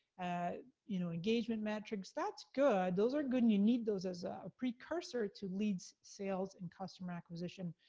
and you know engagement metrics, that's good, those are good, and you need those as a pre-cursor to leads, sales, and customer acquisition,